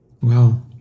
Wow